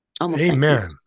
Amen